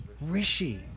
Rishi